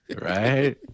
Right